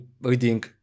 reading